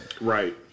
Right